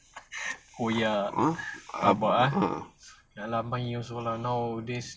oh ya rabak eh also lah nowadays